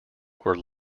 were